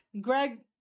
Greg